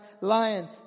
lion